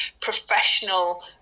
professional